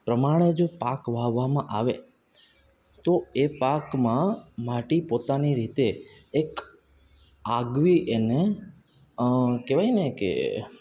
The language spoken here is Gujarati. પ્રમાણે જો પાક વાવવામાં આવે તો એ પાકમાં માટી પોતાની રીતે એક આગવી એને કહેવાય ને કે